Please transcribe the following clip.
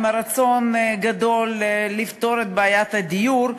עם רצון גדול לפתור את בעיית הדיור,